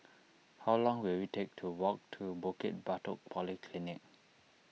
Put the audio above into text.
how long will it take to walk to Bukit Batok Polyclinic